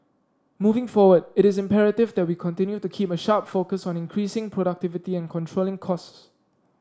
moving forward it is imperative that we continue to keep a sharp focus on increasing productivity and controlling costs